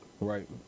right